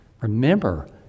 Remember